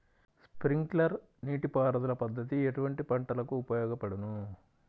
Sprinkler నీటిపారుదల పద్దతి ఎటువంటి పంటలకు ఉపయోగపడును?